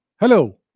Hello